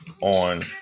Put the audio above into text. on